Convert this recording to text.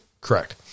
Correct